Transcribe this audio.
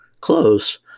Close